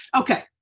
okay